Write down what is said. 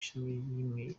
ishami